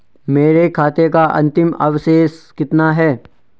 मेरे खाते का अंतिम अवशेष कितना है?